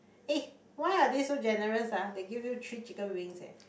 eh why are they so generous ah they give you three chicken wings eh